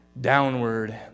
downward